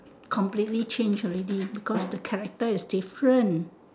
completely change already because the character is different